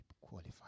qualify